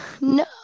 No